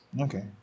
okay